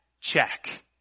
check